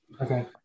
okay